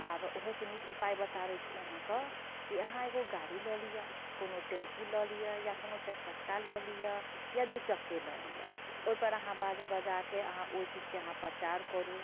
आब ओहोसँ नीक उपाय बताबै छी अहाँके कि अहाँ एगो गाड़ी लऽ लिअऽ कोनो टेम्पू लऽ लिअऽ या कोनो चारि चक्का लऽ लिअऽ या दुइचक्के लऽ लिअऽ ओहिपर अहाँ बाजा बजाके अहाँ ओहि चीजके अहाँ प्रचार करू